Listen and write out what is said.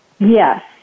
Yes